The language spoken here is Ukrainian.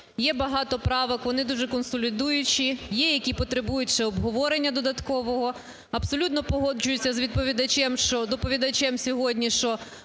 Є багато правок, вони дуже консолідуючі. Є які потребують ще обговорення додаткового. Абсолютно погоджуюсь з відповідачем, що,